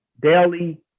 daily